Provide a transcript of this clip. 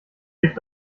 blick